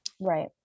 Right